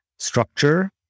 Structure